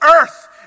earth